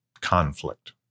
conflict